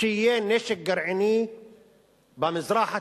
שיהיה נשק גרעיני במזרח התיכון,